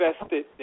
invested